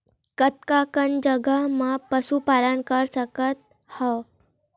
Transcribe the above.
कतका कन जगह म पशु पालन कर सकत हव?